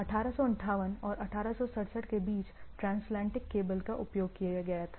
1858 और 1866 के बीच ट्रांसएटलांटिक केबल का उपयोग किया गया था